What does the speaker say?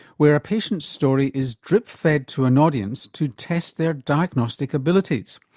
where a patient's story is drip fed to an audience to test their diagnostic abilities.